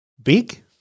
big